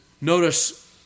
notice